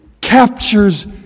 captures